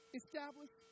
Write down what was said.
establish